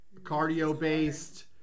cardio-based